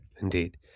indeed